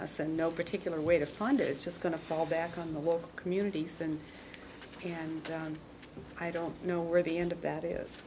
us and no particular way to fund it it's just going to fall back on the walk community stand and i don't know where the end of that is